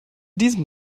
diesem